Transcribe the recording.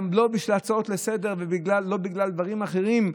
גם לא בשביל הצעות לסדר-היום ולא לדברים אחרים,